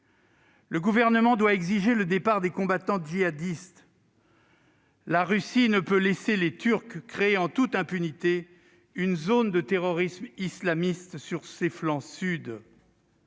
Le Gouvernement doit exiger le départ des combattants djihadistes : la Russie ne peut laisser les Turcs créer en toute impunité une zone de terrorisme islamiste sur ses flancs sud.